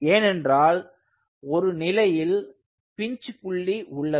ஏனென்றால் ஒரு நிலையில் பின்ச் புள்ளி உள்ளது